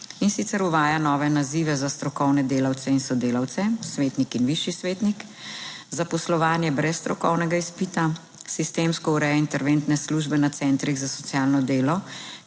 In sicer uvaja nove nazive za strokovne delavce in sodelavce svetnik in višji svetnik, zaposlovanje brez strokovnega izpita sistemsko ureja interventne službe na centrih za socialno delo,